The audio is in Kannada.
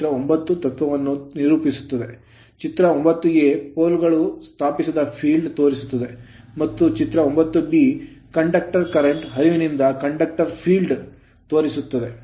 ಚಿತ್ರ 9 ತತ್ವವನ್ನು ನಿರೂಪಿಸುತ್ತದೆ ಚಿತ್ರ 9 ಪೋಲ್ಗಳು ಸ್ಥಾಪಿಸಿದ field ಕ್ಷೇತ್ರವನ್ನು ತೋರಿಸುತ್ತದೆ ಮತ್ತು ಚಿತ್ರ 9 conductor ವಾಹಕದಲ್ಲಿ current ಕರೆಂಟ್ ಹರಿವಿನಿಂದಾಗಿ conductor field ಕಂಡಕ್ಟರ್ ಕ್ಷೇತ್ರವನ್ನು ತೋರಿಸುತ್ತದೆ